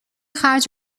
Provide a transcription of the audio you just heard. خرج